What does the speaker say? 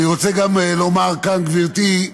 אני רוצה גם לומר כאן, גברתי,